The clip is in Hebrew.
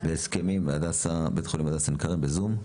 בהסכמים בבית החולים הדסה עין כרם, בזום.